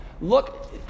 look